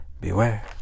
beware